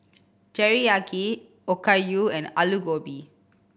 Teriyaki Okayu and Alu Gobi